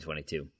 2022